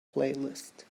playlist